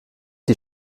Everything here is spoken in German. die